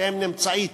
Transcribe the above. שנמצאים